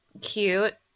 cute